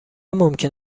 ممکن